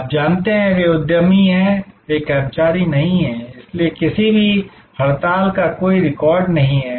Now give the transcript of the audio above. आप जानते हैं ये उद्यमी हैं वे कर्मचारी नहीं हैं इसलिए किसी भी हड़ताल का कोई रिकॉर्ड नहीं है